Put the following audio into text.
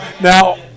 Now